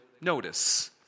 notice